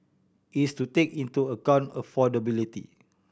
is to take into account affordability